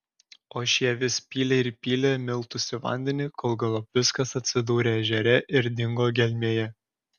o šie vis pylė ir pylė miltus į vandenį kol galop viskas atsidūrė ežere ir dingo gelmėje